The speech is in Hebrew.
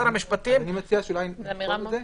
שר המשפטים -- אני מציע שאולי נכתוב את זה,